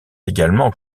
également